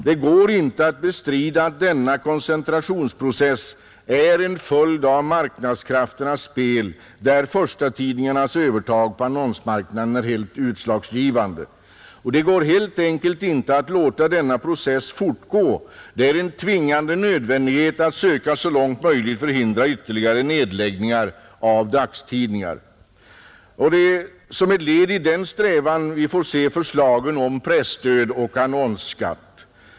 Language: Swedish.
Det går inte att bestrida att denna koncentrationsprocess är en följd av marknadskrafternas spel, där förstatidningarnas övertag på annonsmarknaden är helt utslagsgivande. Det går helt enkelt inte att låta denna process fortgå. Det är en tvingande nödvändighet att söka, så långt möjligt, förhindra ytterligare nedläggningar av dagstidningar. Det är som ett led i den strävan vi får se förslagen om presstöd och annonsskatt.